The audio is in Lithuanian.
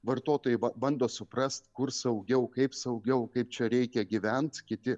vartotojai bando suprast kur saugiau kaip saugiau kaip čia reikia gyvent kiti